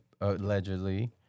allegedly